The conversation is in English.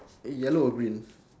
yellow or green